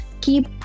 keep